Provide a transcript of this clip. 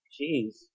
Jeez